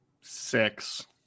six